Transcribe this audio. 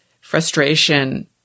frustration